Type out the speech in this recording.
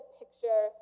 picture